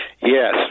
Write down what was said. Yes